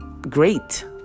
great